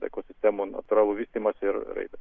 ekosistemų natūralų vystymąsi ir raida